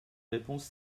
réponse